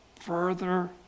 further